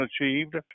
achieved